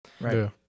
Right